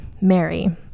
mary